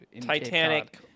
Titanic